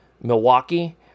Milwaukee